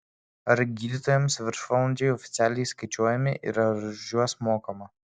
ar gydytojams viršvalandžiai oficialiai skaičiuojami ir ar už juos mokama